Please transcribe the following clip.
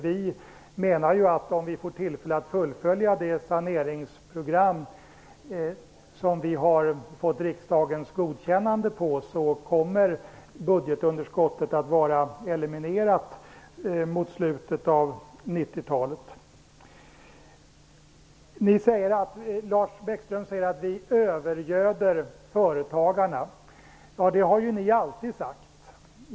Vi menar att om vi får tillfälle att fullfölja det saneringsprogram som vi har fått riksdagens godkännande för, kommer budgetunderskottet att vara eliminerat mot slutet av 90-talet. Lars Bäckström säger att vi övergöder företagarna. Ja, det har ju ni alltid sagt.